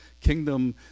Kingdom